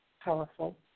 powerful